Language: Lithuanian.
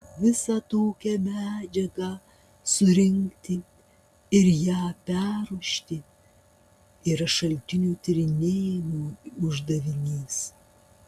visą tokią medžiagą surinkti ir ją perruošti yra šaltinių tyrinėjimo uždavinys